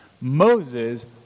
Moses